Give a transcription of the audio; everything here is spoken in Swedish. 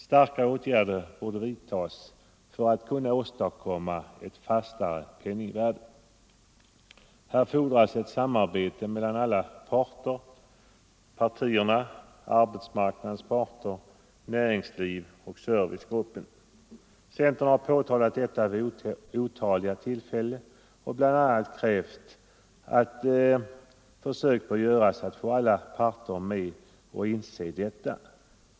Starkare åtgärder borde vidtagas för att åstadkomma ett fastare penningvärde. Här fordras ett samarbete mellan alla parter — partierna, arbetsmarknadens parter, näringslivet och servicegruppen. Centern har påtalat detta vid otaliga tillfällen och bl.a. krävt att försök bör göras att få alla parter att inse detta.